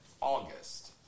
August